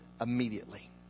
immediately